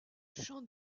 champ